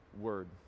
Word